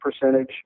percentage